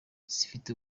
zifite